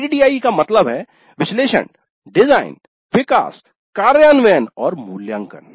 ADDIE का मतलब है विश्लेषण डिजाइन विकास कार्यान्वयन और मूल्यांकन